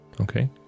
okay